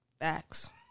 Facts